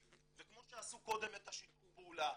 וכמו שעשינו קודם את שיתוף הפעולה,